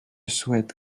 souhaite